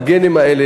עם הגנים האלה,